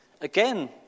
Again